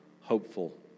hopeful